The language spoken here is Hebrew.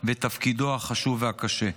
ותפקידו החשוב והקשה.